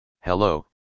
Hello